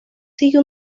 sigue